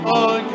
on